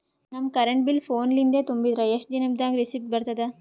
ನಮ್ current bill ಫೋನ ಲಿಂದೇ ತುಂಬಿದ್ರ, ಎಷ್ಟ ದಿ ನಮ್ ದಾಗ ರಿಸಿಟ ಬರತದ?